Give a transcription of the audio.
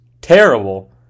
terrible